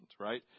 right